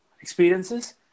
experiences